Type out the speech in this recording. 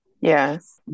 Yes